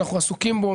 אנחנו עסוקים בו,